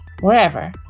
wherever